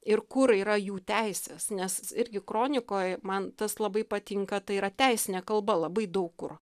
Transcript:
ir kur yra jų teisės nes irgi kronikoj man tas labai patinka tai yra teisinė kalba labai daug kur